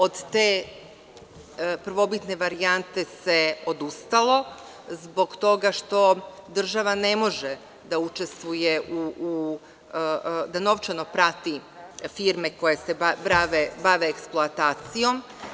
Od te prvobitne varijante se odustalo zbog toga država ne može da novčano prati firme koje se bave eksploatacijom.